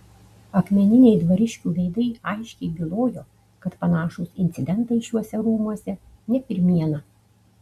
akmeniniai dvariškių veidai aiškiai bylojo kad panašūs incidentai šiuose rūmuose ne pirmiena